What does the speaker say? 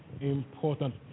important